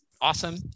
awesome